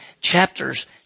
chapters